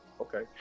Okay